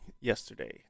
yesterday